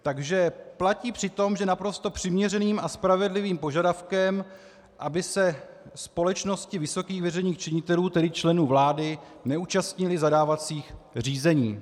Takže platí přitom, že naprosto přiměřeným a spravedlivým požadavkem, aby se společnosti vysokých veřejných činitelů, tedy členů vlády, neúčastnily zadávacích řízení.